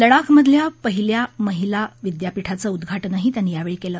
लडाख मधल्या पहिल्या महिला विद्यापीठाचं उदघाटनही त्यांनी यावेळी केलं